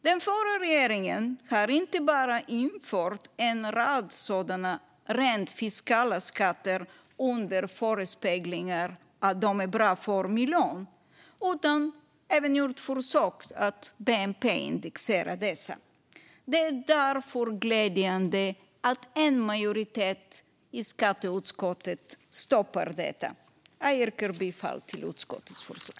Den förra regeringen har inte bara infört en rad sådana rent fiskala skatter under förespeglingen att de är bra för miljön utan även gjort försök att bnp-indexera dessa. Det är därför glädjande att en majoritet i skatteutskottet stoppar detta. Jag yrkar bifall till utskottets förslag.